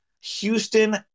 Houston